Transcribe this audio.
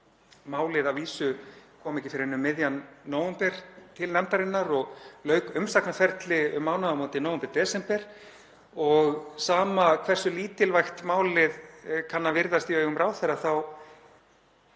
Málið kom að vísu ekki fyrr en um miðjan nóvember til nefndarinnar og lauk umsagnarferli um mánaðamótin nóvember/desember og sama hversu lítilvægt málið kann að virðast í augum ráðherra þá